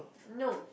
no